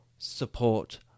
support